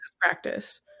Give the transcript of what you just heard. practice